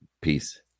Peace